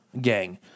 gang